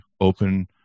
open